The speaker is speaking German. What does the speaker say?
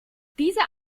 dieser